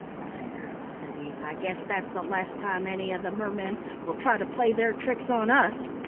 there, said he, i guess that's the last time any of the mermen will try to play their tricks on us.